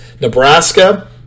Nebraska